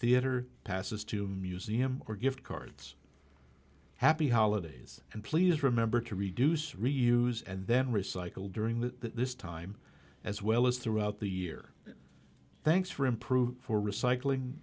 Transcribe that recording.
theater passes to museum or gift cards happy holidays and please remember to reduce reuse and then recycle during that this time as well as throughout the year thanks for improved for recycling